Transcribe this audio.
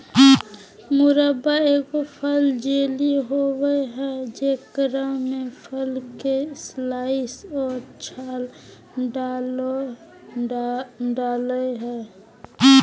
मुरब्बा एगो फल जेली होबय हइ जेकरा में फल के स्लाइस और छाल डालय हइ